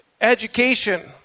education